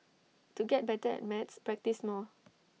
to get better at maths practise more